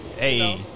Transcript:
Hey